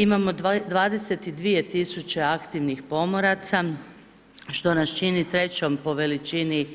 Imamo 22 tisuće aktivnih pomoraca što nas čini trećom po veličini